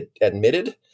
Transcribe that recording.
admitted